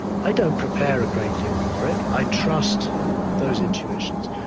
i don't prepare a great deal for it i trust those intuitions,